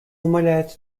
умаляет